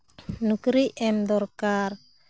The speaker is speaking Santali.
ᱱᱚᱠᱨᱤ ᱮᱢ ᱫᱚᱨᱠᱟᱨ